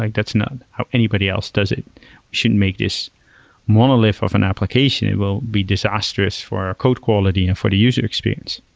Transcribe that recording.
like that's not how anybody else does it. we shouldn't make this monolith of an application. it will be disastrous for our code quality and for the user experience.